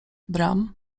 bram